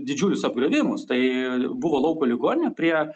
didžiulius apgriovimus tai buvo lauko ligoninė prie